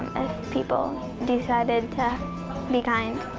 people decided to be kind.